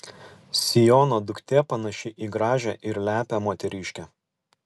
siono duktė panaši į gražią ir lepią moteriškę